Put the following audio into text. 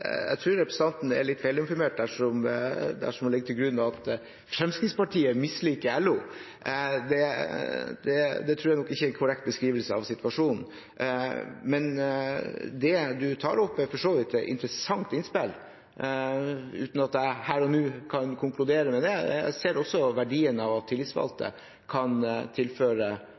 Jeg tror representanten er litt feilinformert dersom hun legger til grunn at Fremskrittspartiet misliker LO. Det tror jeg nok ikke er en korrekt beskrivelse av situasjonen. Men det hun tar opp, er for så vidt et interessant innspill, uten at jeg her og nå kan konkludere. Jeg ser også verdien av at tillitsvalgte kan tilføre